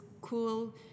cool